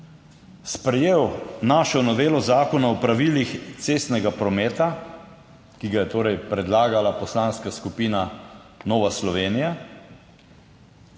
sprejel našo novelo Zakona o pravilih cestnega prometa, ki jo je torej predlagala Poslanska skupina Nova Slovenija.